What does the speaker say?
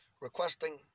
requesting